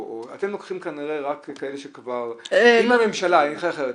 או אתם לוקחים כנראה כאלה שהן כבר אני אגיד אחרת,